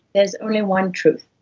there's only one truth.